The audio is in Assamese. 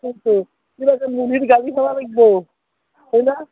সেইটোৱেই কিবা এটা মিলামিলি বুজাবুজি হ'ব লাগব হয়না